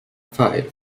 five